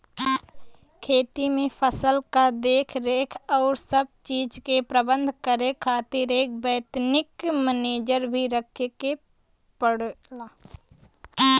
खेती में फसल क देखरेख आउर सब चीज के प्रबंध करे खातिर एक वैतनिक मनेजर भी रखे के पड़ला